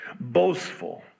boastful